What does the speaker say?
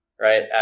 right